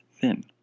thin